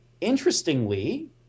interestingly